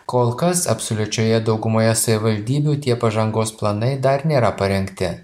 kol kas absoliučioje daugumoje savivaldybių tie pažangos planai dar nėra parengti